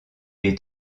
est